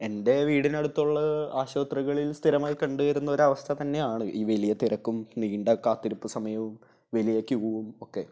എൻ്റെ വീടിനടുത്തുള്ള ആശുപത്രികളിൽ സ്ഥിരമായി കണ്ട് വരുന്ന ഒരു അവസ്ഥ തന്നെയാണ് ഈ വലിയ തിരക്കും നീണ്ട കാത്തിരുപ്പ് സമയവും വലിയ ക്യുവും ഒക്കെ